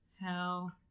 hell